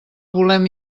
volem